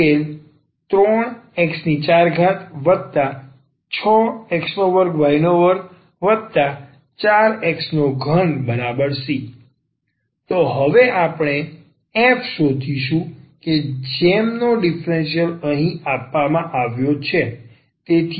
ઉકેલ 3x46x2y24x3c તો હવે આપણે f શોધીશું કે જેમનો ડિફરન્સલ અહીં આપવામાં આવ્યો છે